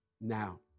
now